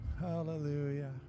Hallelujah